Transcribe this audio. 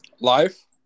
Life